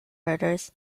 herders